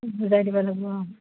বুজাই দিব লাগব অঁ